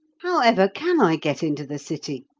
how ever can i get into the city?